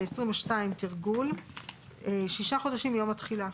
22 (תרגול)- שישה חודשים מיום התחילה.